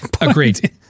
agreed